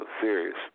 Serious